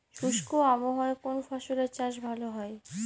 শুষ্ক আবহাওয়ায় কোন ফসলের চাষ ভালো হয়?